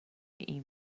این